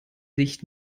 sich